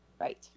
right